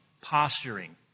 posturing